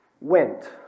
went